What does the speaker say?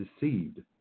deceived